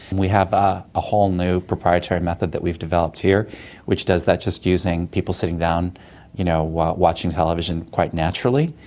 we have ah a whole new proprietary method that we've developed here which does that just using people sitting down you know while watching television quite naturally.